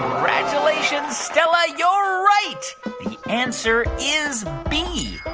congratulations, stella, you're right. the answer is b.